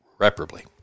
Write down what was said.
irreparably